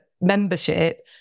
membership